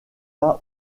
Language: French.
pas